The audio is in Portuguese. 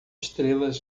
estrelas